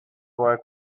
boy